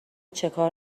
چیکار